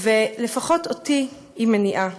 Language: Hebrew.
לפחות אותי היא מניעה.